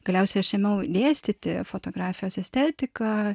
galiausiai aš ėmiau dėstyti fotografijos estetiką